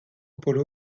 polo